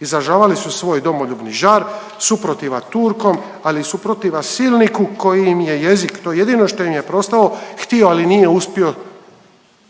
Izražavali su svoj domoljubni žar, suprotiva Turkom ali i suprotiva silniku koji im je jezik, to jedino što im je preostalo htio, ali nije uspio